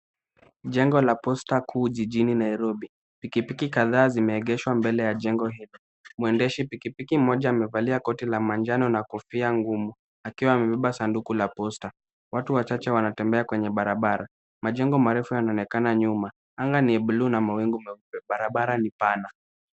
Jengo la Posta kuu jijini Nairobi. Piki piki kadhaa zimeegeshwa mbele ya jengo hilo. Mwendeshi pikipiki mmoja amevalia koti la manjano na kofia ngumu akiwa amebeba sanduku la Posta. Watu wachache wanatembea kwenye barabara. Majengo makubwa yanaonekana nyuma. Anga ni ya buluu na mawingu meupe. Barabara ni pana.